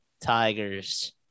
Tigers